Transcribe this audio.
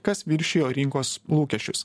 kas viršijo rinkos lūkesčius